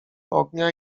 ognia